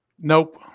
Nope